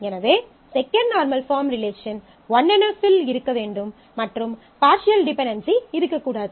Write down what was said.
எனவே second normal form relation 1 NF இல் இருக்க வேண்டும் மற்றும் பார்ஷியல் டிபென்டென்சி இருக்கக் கூடாது